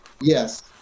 Yes